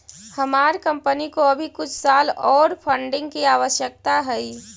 हमार कंपनी को अभी कुछ साल ओर फंडिंग की आवश्यकता हई